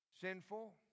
sinful